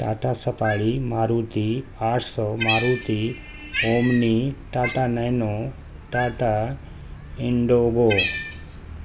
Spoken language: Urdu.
ٹاٹا سفاڑی ماروتی آٹھ سو Maruti Omni Tata Nano Tata Indigo